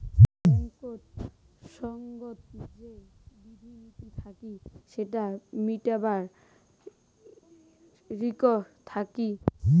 ব্যাঙ্কেত সঙ্গত যে বিধি নীতি থাকি সেটা মিটাবার রিস্ক থাকি